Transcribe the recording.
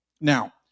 Now